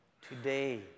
today